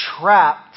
trapped